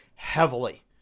heavily